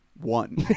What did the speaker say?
one